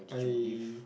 I